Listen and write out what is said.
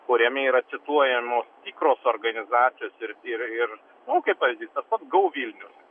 kuriame yra cituojamos tikros organizacijos ir ir ir nu kaip pavyzdys tas pats go vilnius